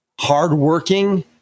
hardworking